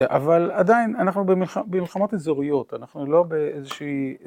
אבל עדיין אנחנו במלחמות איזוריות, אנחנו לא באיזושהי...